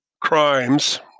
crimes